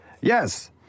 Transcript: Yes